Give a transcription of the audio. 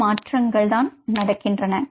இந்த மாற்றங்கள் தான் நடக்கின்றன